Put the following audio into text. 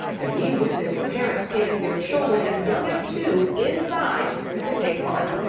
and we witnessed parents taking their children as young as two inside to take part.